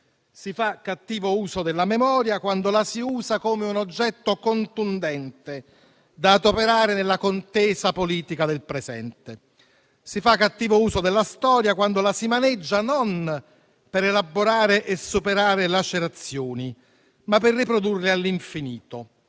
Si fa cattivo uso della memoria quando la si usa come un oggetto contundente da adoperare nella contesa politica del presente. Si fa cattivo uso della storia quando la si maneggia non per elaborare e superare lacerazioni, ma per riprodurle all'infinito.